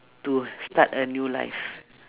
to start a new life